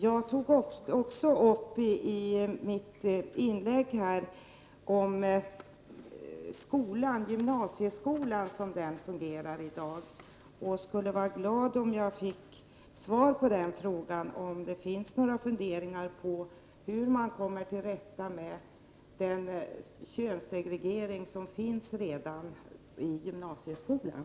Jag tog i mitt inlägg också upp skolan och hur gymnasieskolan fungerar i dag. Jag skulle bli glad om jag fick svar på frågan om det finns några funderingar om hur man kommer till rätta med den könssegregering som finns redan i gymnasieskolan.